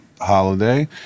holiday